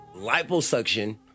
liposuction